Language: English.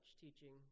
teaching